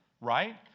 right